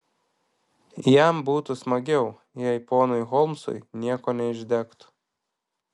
jam būtų smagiau jei ponui holmsui nieko neišdegtų